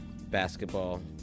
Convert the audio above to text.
basketball